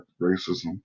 racism